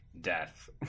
death